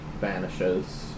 vanishes